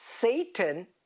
Satan